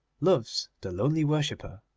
loves the lonely worshipper.